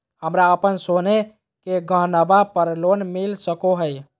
हमरा अप्पन सोने के गहनबा पर लोन मिल सको हइ?